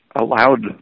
allowed